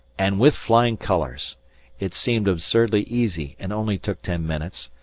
and with flying colours it seemed absurdly easy and only took ten minutes,